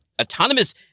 autonomous